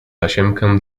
tasiemkę